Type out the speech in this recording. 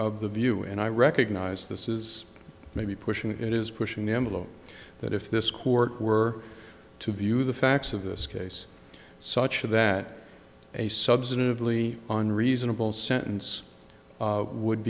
of the view and i recognize this is maybe pushing it is pushing the envelope that if this court were to view the facts of this case such that a substantive lee on reasonable sentence would